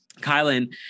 kylan